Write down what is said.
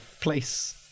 place